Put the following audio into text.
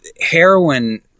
heroin